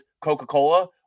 Coca-Cola